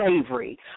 slavery